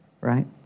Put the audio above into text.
right